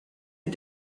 est